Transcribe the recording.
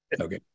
Okay